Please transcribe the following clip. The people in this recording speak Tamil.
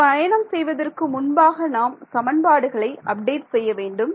இது பயணம் செய்வதற்கு முன்பாக நாம் சமன்பாடுகளை அப்டேட் செய்ய வேண்டும்